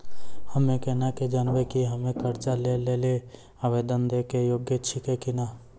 हम्मे केना के जानबै कि हम्मे कर्जा लै लेली आवेदन दै के योग्य छियै कि नै?